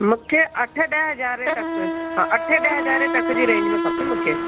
मूंखे अठ ॾह हज़ार तक हा अठ ॾह हज़ार तक जी रेंज में खपे मूंखे